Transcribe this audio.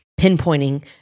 pinpointing